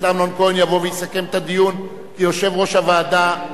אמנון כהן יבוא ויסכם את הדיון כיושב-ראש הוועדה.